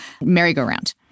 merry-go-round